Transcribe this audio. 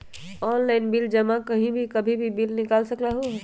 Online bill जमा कहीं भी कभी भी बिल निकाल सकलहु ह?